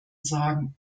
sagen